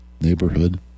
Neighborhood